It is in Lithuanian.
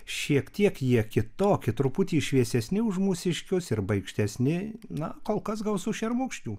šiek tiek jie kitokie truputį šviesesni už mūsiškius ir baikštesni na kol kas gausu šermukšnių